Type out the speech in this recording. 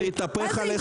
זה יתהפך עליכם.